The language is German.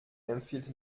empfiehlt